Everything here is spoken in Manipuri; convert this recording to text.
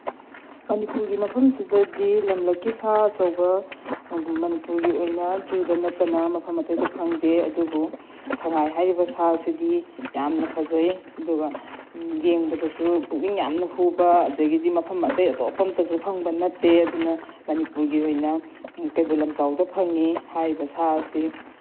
ꯃꯅꯤꯄꯨꯔꯒꯤ ꯃꯐꯝꯁꯤꯗꯗꯤ ꯂꯝꯂꯛꯀꯤ ꯁꯥ ꯑꯆꯧꯕ ꯃꯅꯤꯄꯨꯔꯒꯤ ꯑꯣꯏꯅ ꯖꯨꯗ ꯅꯠꯇꯅ ꯃꯐꯝ ꯑꯇꯩꯗ ꯐꯪꯗꯦ ꯑꯗꯨꯕꯨ ꯁꯉꯥꯏ ꯍꯥꯏꯔꯤꯕ ꯁꯥ ꯑꯁꯤꯗꯤ ꯌꯥꯝꯅ ꯐꯖꯩ ꯑꯗꯨꯒ ꯌꯦꯡꯕꯗꯁꯨ ꯄꯨꯛꯅꯤꯡ ꯌꯥꯝꯅ ꯍꯨꯕ ꯑꯗꯒꯤꯗꯤ ꯃꯐꯝ ꯑꯇꯩ ꯑꯇꯣꯞꯄ ꯑꯃꯇꯁꯨ ꯐꯪꯕ ꯅꯠꯇꯦ ꯑꯗꯨꯅ ꯃꯅꯤꯄꯨꯔꯒꯤ ꯑꯣꯏꯅ ꯀꯩꯕꯨꯜ ꯂꯝꯖꯥꯎꯗ ꯐꯪꯉꯤ ꯍꯥꯏꯔꯤꯕ ꯁꯥ ꯑꯁꯤ